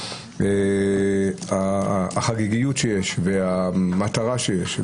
החגיגיות שיש והמטרה שיש,